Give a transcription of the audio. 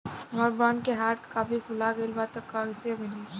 हमार बॉन्ड के hard copy भुला गएलबा त कैसे मिली?